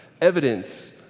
Evidence